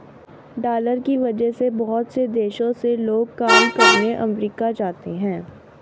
dollar की वजह से बहुत से देशों से लोग काम करने अमरीका जाते हैं